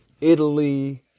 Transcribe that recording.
Italy